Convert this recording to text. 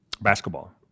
basketball